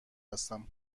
هستم